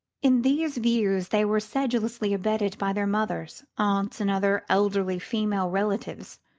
in this view they were sedulously abetted by their mothers, aunts and other elderly female relatives,